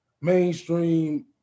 mainstream